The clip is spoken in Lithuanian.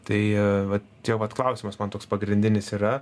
tai vat čia vat klausimas man toks pagrindinis yra